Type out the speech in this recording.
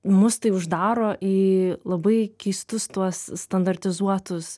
mus tai uždaro į labai keistus tuos standartizuotus